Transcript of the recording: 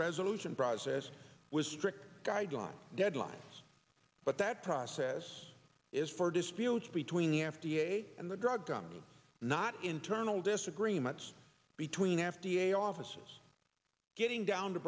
resolution process was strict guidelines deadlines but that process is for disputes between the f d a and the drug company not internal disagreements between f d a offices getting down to